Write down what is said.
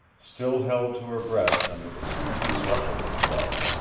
still held to her breast under the sweeping rush of the flood.